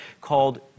called